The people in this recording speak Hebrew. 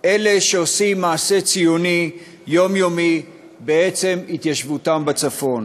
אלה שעושים מעשה ציוני יומיומי בעצם התיישבותם בצפון.